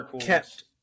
kept